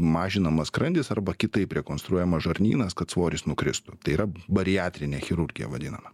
mažinamas skrandis arba kitaip rekonstruojamas žarnynas kad svoris nukristų tai yra bariatrinė chirurgija vadinama